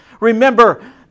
remember